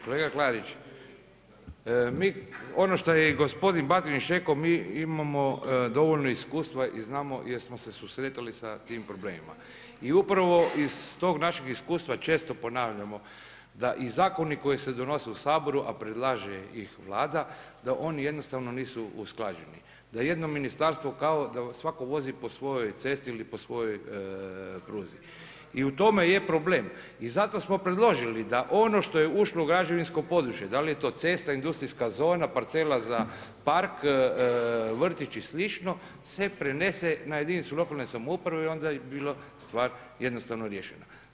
Kolega Klarić, ono što je i gospodin Batinić rekao, mi imamo dovoljno iskustva i znamo jer smo se susretali sa tim problemima i upravo iz tog našeg iskustva često ponavljamo da i zakoni koji se donose u Saboru a predlaže ih Vlada da oni jednostavno nisu usklađeni, da jedno ministarstvo kao da svatko vozi po svojoj cesti ili po svojoj pruzi i u tome je problem i zato smo predložili da ono što je ušlo u građevinsko područje da li je to cesta, industrijska zona, parcela za park, vrtić i slično se prenese na jedinicu lokalne samouprave onda bi bila stvar jednostavno riješena.